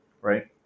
right